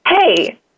hey